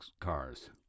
cars